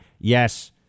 Yes